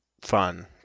fun